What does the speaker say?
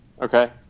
okay